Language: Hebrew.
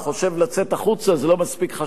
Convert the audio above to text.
זה לא מספיק חשוב אולי בעיניך?